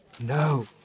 No